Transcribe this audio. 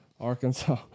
Arkansas